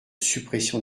suppression